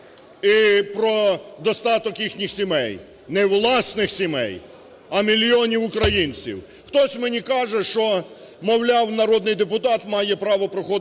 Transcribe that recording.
і про достаток їхніх сімей, не власних сімей, а мільйонів українців. Хтось мені каже, що, мовляв, народний депутат має право проходити